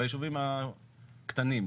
ביישובים הקטנים,